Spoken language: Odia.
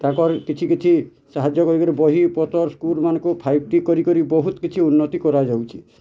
ତାଙ୍କର୍ କିଛି କିଛି ସାହାଯ୍ୟ କରି କରି ବହି ପତର୍ ସ୍କୁଲ୍ ମାନଙ୍କୁ ଫାଇପ୍ ଟି କରି କରି ବହୁତ କିଛି ଉନ୍ନତ୍ତି କରାଯାଉଛି